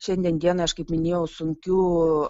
šiandien dienai aš kaip minėjau sunkių